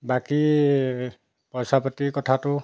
বাকী পইচা পাতিৰ কথাটো